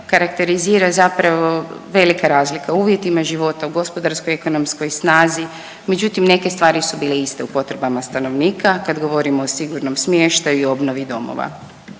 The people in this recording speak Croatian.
karakterizira zapravo velika razlika o uvjetima života, u gospodarsko-ekonomskoj snazi, međutim, neke stvari su bile iste u potrebama stanovnika, kad govorimo o sigurnom smještaju i obnovi domova.